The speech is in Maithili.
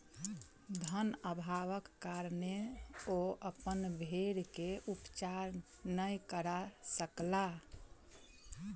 धन अभावक कारणेँ ओ अपन भेड़ के उपचार नै करा सकला